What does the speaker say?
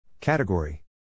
Category